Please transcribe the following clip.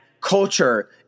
culture